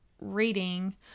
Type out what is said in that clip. reading